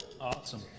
Awesome